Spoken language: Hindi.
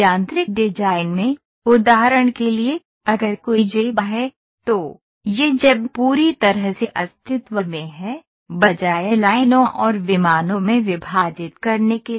यांत्रिक डिजाइन में उदाहरण के लिए अगर कोई जेब है तो यह जेब पूरी तरह से अस्तित्व में है बजाय लाइनों और विमानों में विभाजित करने के लिए